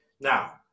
Now